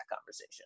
conversation